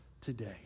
today